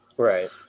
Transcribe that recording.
Right